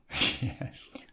Yes